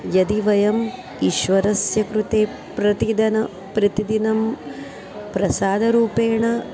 यदि वयम् ईश्वरस्य कृते प्रतिदिनं प्रतिदिनं प्रसादरूपेण